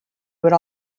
would